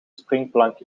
springplank